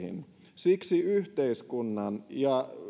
siksi yhteiskunnan ja